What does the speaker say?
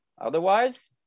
Otherwise